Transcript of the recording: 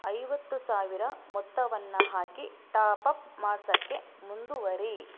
ಐವತ್ತು ಸಾವಿರ ಮೊತ್ತವನ್ನು ಹಾಕಿ ಟಾಪಪ್ ಮಾಡ್ಸೋಕ್ಕೆ ಮುಂದುವರಿ